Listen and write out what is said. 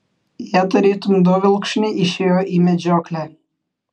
jie tarytum du vilkšuniai išėjo į medžioklę